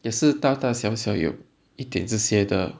也是大大小小有一点这些的